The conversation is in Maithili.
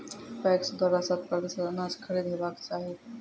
पैक्स द्वारा शत प्रतिसत अनाज खरीद हेवाक चाही?